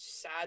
sad